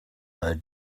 her